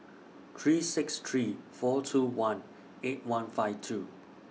three six three four two one eight one five two